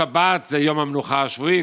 שבת זה יום המנוחה השבועי,